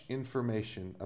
information